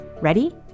Ready